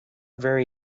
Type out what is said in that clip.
very